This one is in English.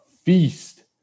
feast